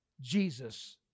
Jesus